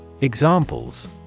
Examples